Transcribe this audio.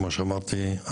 כמו שאמרתי,